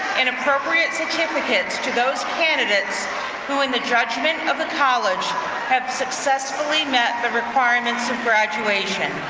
and appropriate certificates to those candidates who in the judgment of the college have successfully met the requirements of graduation.